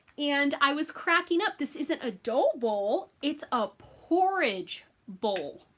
and i was cracking up. this isn't a dough bowl, it's a porridge bowl.